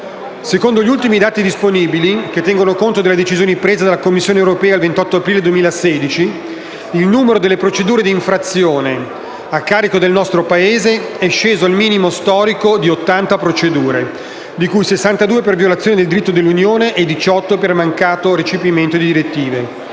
Secondo gli ultimi dati disponibili, che tengono conto delle decisioni prese dalla Commissione europea il 28 aprile 2016, il numero delle procedure di infrazione a carico del nostro Paese è sceso al minimo storico di 80 procedure, di cui 62 per violazione del diritto dell'Unione e 18 per mancato recepimento di direttive.